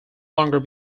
longer